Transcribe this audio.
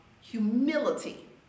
humility